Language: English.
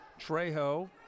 Trejo